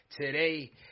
today